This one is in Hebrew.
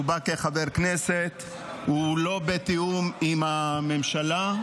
הוא בא כחבר כנסת ולא בתיאום עם הממשלה,